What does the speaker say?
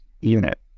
unit